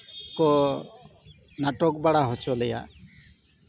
ᱠᱚ ᱱᱟᱴᱚᱠ ᱵᱟᱲᱟ ᱦᱚᱪᱚ ᱞᱮᱭᱟ